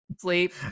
sleep